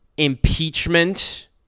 impeachment